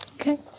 Okay